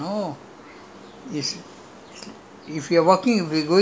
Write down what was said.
ah but you arguing is aft~ after islamic is the theatre no